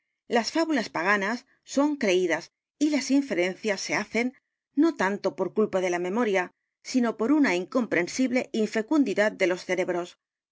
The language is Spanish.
n a s son reídas y las infe re ncias se hace n no tanto por culpa de la me moria sino por una incompre nsible infe cun didad de los ce